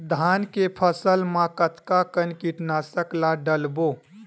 धान के फसल मा कतका कन कीटनाशक ला डलबो?